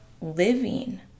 living